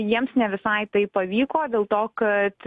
jiems ne visai tai pavyko dėl to kad